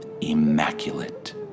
immaculate